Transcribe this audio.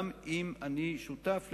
גם אם אני שותף לאלה,